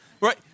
right